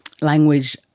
language